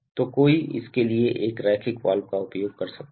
तो कोई इसके लिए एक रैखिक वाल्व का उपयोग कर सकते है